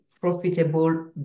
profitable